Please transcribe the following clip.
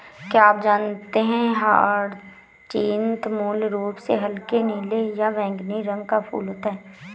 क्या आप जानते है ह्यचीन्थ मूल रूप से हल्के नीले या बैंगनी रंग का फूल होता है